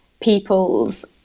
people's